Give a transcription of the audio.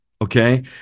Okay